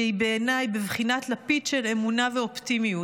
שהיא בעיניי בבחינת לפיד של אמונה ואופטימיות,